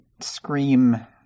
scream